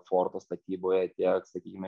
forto statyboje tiek sakykime